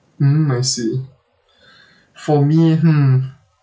mm I see for me hmm